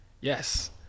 Yes